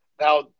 Now